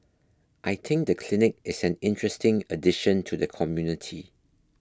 I think the clinic is an interesting addition to the community